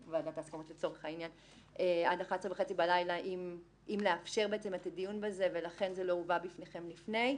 ב-23:30 בלילה אם לאפשר את הדיון בזה ולכן זה לא הובא בפניכם לפני כן.